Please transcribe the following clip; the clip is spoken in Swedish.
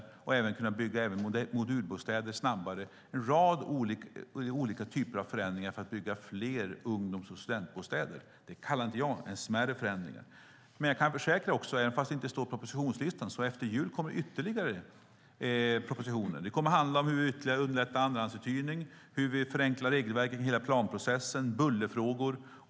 Det handlar även om att kunna bygga modulbostäder snabbare. Det är en rad olika typer av förändringar för att man ska kunna bygga fler ungdoms och studentbostäder. Det kallar inte jag smärre förändringar. Jag kan också försäkra, även om det inte står i propositionslistan, att det efter jul kommer ytterligare propositioner. Det kommer att handla om hur vi ytterligare underlättar andrahandsuthyrning, om hur vi förenklar regelverket kring hela planprocessen och om bullerfrågor.